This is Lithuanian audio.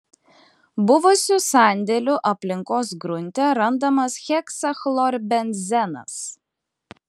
buvusių sandėlių aplinkos grunte randamas heksachlorbenzenas